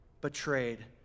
betrayed